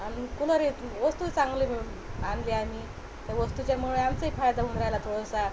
आणि कूलर ही वस्तू चांगली मिळून आणली आम्ही तर वस्तूच्यामुळे आमचाही फायदा होऊन राहिला थोडासा